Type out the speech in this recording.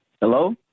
Hello